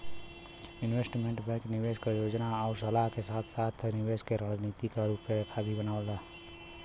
investment bank निवेश क योजना आउर सलाह के साथ साथ निवेश क रणनीति क रूपरेखा भी बनावेला